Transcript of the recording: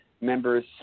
members